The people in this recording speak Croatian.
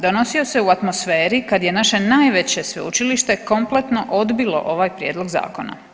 Donosio se u atmosferi kad je naše najveće sveučilište kompletno odbilo ovaj prijedlog zakona.